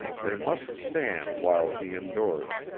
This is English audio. they must stand while she endures,